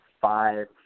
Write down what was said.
five